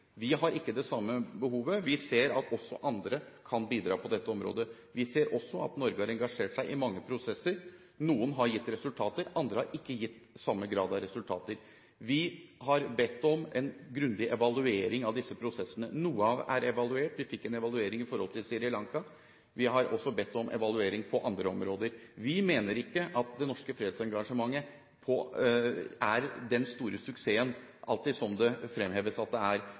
vi. Vi har ikke det samme behovet. Vi ser at også andre kan bidra på dette området. Vi ser også at Norge har engasjert seg i mange prosesser. Noen har gitt resultater, andre har ikke gitt samme grad av resultater. Vi har bedt om en grundig evaluering av disse prosessene. Noe er evaluert. Vi fikk en evaluering i forhold til Sri Lanka. Vi har også bedt om evaluering på andre områder. Vi mener at det norske fredsengasjementet ikke er den store suksessen som det alltid fremheves